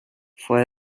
fue